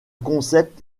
concept